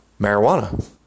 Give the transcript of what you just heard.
marijuana